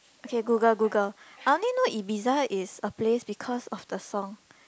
okay Google Google I only know Ibiza is a place because of the song